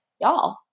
y'all